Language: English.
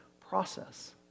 process